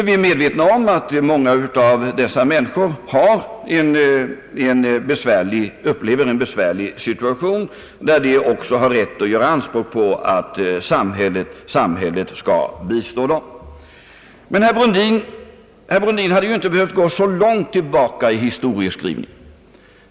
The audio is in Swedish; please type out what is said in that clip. Vi är medvetna om att många av dessa människor upplever en besvärlig situation, och att de också har rätt att göra anspråk på att samhället skall bistå dem. Herr Brundin hade inte behövt gå så långt tillbaka i sin historieskrivning.